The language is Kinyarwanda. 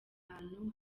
ahantu